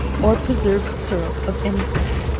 or preserved syrup of any kind